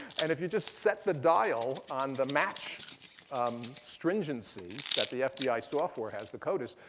and if you just set the dial on the match um stringency that the fbi software has, the codis,